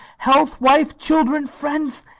health, wife, children, friends,